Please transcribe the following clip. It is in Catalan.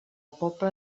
pobla